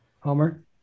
Homer